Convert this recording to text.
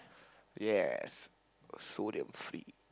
yes sodium free